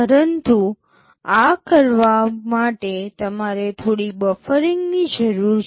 પરંતુ આ કરવા માટે તમારે થોડી બફરિંગ ની જરૂર છે